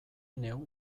neu